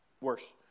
worse